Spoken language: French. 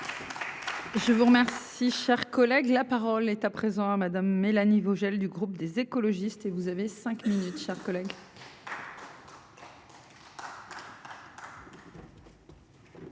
Je vous remercie, cher collègue, la parole est à présent à madame Mélanie Vogel, du groupe des écologistes et vous avez 5 minutes, chers collègues.